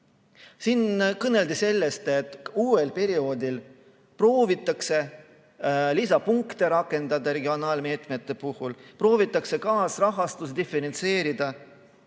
Siin kõneldi sellest, et uuel perioodil proovitakse lisapunkte rakendada regionaalmeetmete puhul, proovitakse kaasrahastust diferentseerida.